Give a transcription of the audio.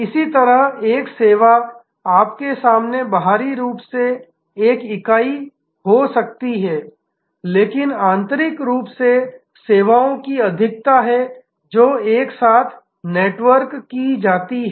इसी तरह एक सेवा आपके सामने बाहरी रूप से एक इकाई हो सकती है लेकिन आंतरिक रूप से सेवाओं की अधिकता है जो एक साथ नेटवर्क की जाती हैं